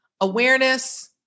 awareness